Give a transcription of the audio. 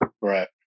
right